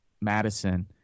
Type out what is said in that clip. Madison